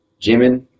Jimin